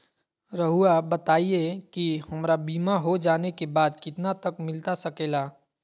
रहुआ बताइए कि हमारा बीमा हो जाने के बाद कितना तक मिलता सके ला?